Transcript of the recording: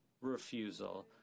refusal